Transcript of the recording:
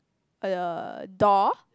uh the door